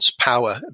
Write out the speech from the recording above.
power